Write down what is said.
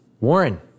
Warren